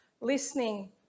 listening